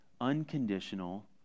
unconditional